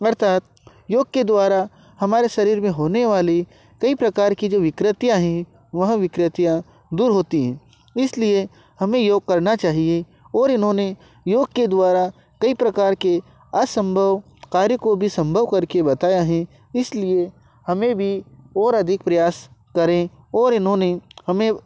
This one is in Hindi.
अर्थात योग के द्वारा हमारे शरीर मे होने वाली कई प्रकार की जो विकृतियाँ हैं वह विकृतियाँ दूर होती है इसीलिए हमें योग करना चाहिए और इन्होंने योग के द्वारा कई प्रकार के असंभव कार्य को भी संभव कर के बताया है इसीलिए हमें भी और अधिक प्रयास करें और इन्होंने हमें